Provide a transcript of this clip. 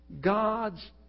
God's